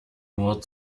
nur